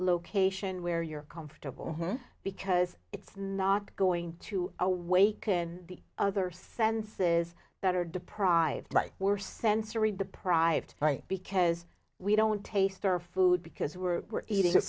location where you're comfortable because it's not going to awaken the other senses that are deprived like were sensory deprived right because we don't taste our food because we're eating it